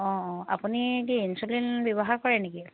অঁ অঁ আপুনি কি ইঞ্চুলিন ব্যৱহাৰ কৰে নেকি